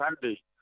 Sunday